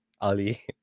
Ali